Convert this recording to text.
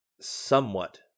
somewhat